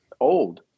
Old